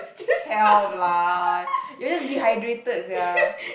help lah you're just dehydrated sia